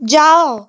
ଯାଅ